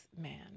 man